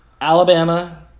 Alabama